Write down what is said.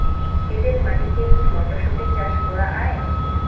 এটেল মাটিতে কী মটরশুটি চাষ করা য়ায়?